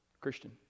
Christian